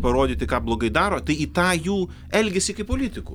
parodyti ką blogai daro tai į tą jų elgesį kaip politikų